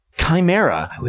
chimera